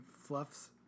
fluffs